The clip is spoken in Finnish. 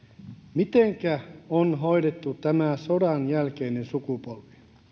mitenkä on hoidettu tämä sodanjälkeinen sukupolvi